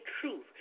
truth